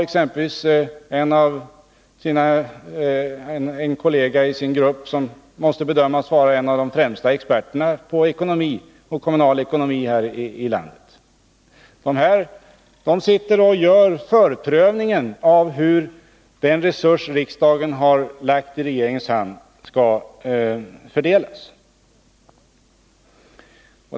Exempelvis har Pär Granstedt en kollega i sin riksdagsgrupp med där som måste bedömas vara en av de främsta experterna på kommunal ekonomi i det här landet. Nämnden gör en förprövning av hur den resurs som riksdagen har lagt i regeringens hand skall fördelas.